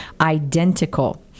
identical